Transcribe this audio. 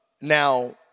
Now